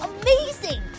Amazing